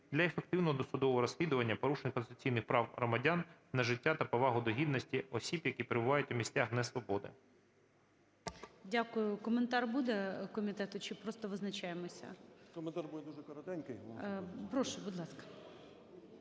для ефективного досудового розслідування порушень конституційних прав громадян на життя та повагу до гідності осіб, які перебувають у місцях несвободи.